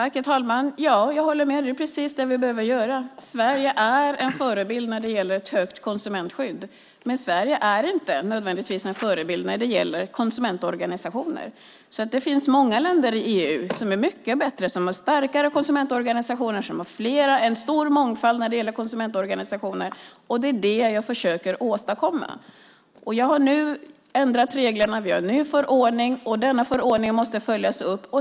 Herr talman! Jag håller med, det är precis det vi behöver göra. Sverige är en förebild när det gäller ett starkt konsumentskydd. Men Sverige är nödvändigtvis inte en förebild när det gäller konsumentorganisationer. Det finns många länder i EU som är mycket bättre, som har starkare konsumentorganisationer och som har en stor mångfald av konsumentorganisationer, och det är det jag försöker åstadkomma. Jag har nu ändrat reglerna, vi har en ny förordning. Denna förordning måste följas upp.